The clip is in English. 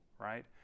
right